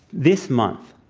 this month,